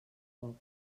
poc